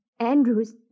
Andrews